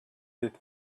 with